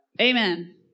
Amen